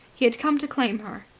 he had come to claim her.